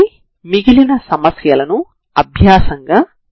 దీని ద్వారా లైన్ యొక్క సమీకరణం xx0 ctct0 అవుతుంది